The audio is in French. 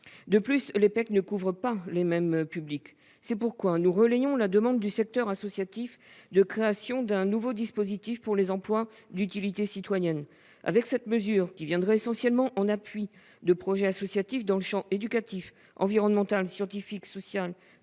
De plus, les PEC ne couvrent pas les mêmes publics. C'est pourquoi nous relayons la demande du secteur associatif de créer un nouveau dispositif pour des emplois d'utilité citoyenne. Cette mesure, qui viendrait essentiellement en appui de projets associatifs dans les champs éducatif, environnemental, scientifique, social,